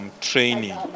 training